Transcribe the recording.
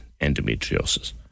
endometriosis